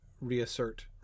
reassert